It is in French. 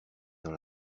dans